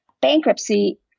bankruptcy